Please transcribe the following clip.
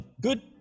good